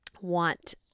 want